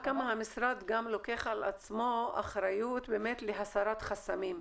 כמה המשרד גם לוקח על עצמו אחריות באמת להסרת חסמים,